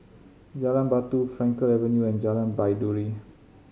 Jalan Batu Frankel Avenue and Jalan Baiduri